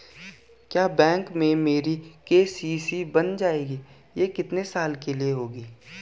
क्या बैंक में मेरी के.सी.सी बन जाएगी ये कितने साल के लिए होगी?